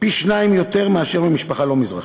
פי-שניים מאשר ממשפחה לא מזרחית.